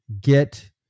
get